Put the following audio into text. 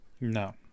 No